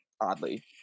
oddly